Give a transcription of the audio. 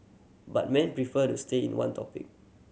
but men prefer to stay in one topic